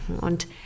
Und